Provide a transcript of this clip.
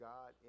God